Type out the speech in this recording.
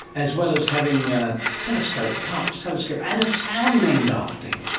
as well as having a telescope, parkes telescope, and a town named after him.